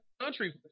country